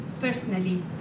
personally